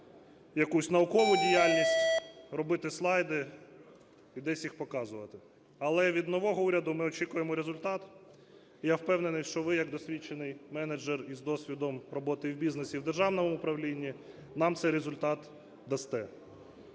якусь наукову діяльність, робити слайди і десь їх показувати. Але від нового уряду ми очікуємо результат, і я впевнений, що ви як досвідчений менеджер із досвідом роботи в бізнесі і в державному управлінні нам цей результат дасте.